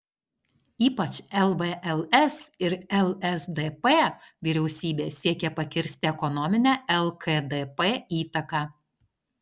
ypač lvls ir lsdp vyriausybė siekė pakirsti ekonominę lkdp įtaką